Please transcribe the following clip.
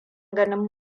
ganin